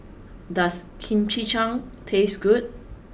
does Chimichangas taste good